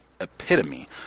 epitome